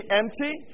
empty